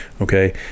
okay